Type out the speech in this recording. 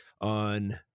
on